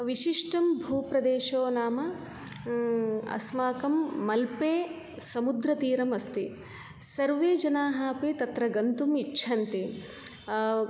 विशिष्टं भूप्रदेशो नाम अस्माकं मल्पे समुद्रतीरम् अस्ति सर्वे जनाः अपि तत्र गन्तुम् इच्छन्ति